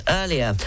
earlier